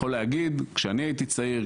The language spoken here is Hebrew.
אני יכול להגיד שכשאני הייתי צעיר,